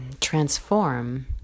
transform